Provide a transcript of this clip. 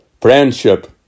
friendship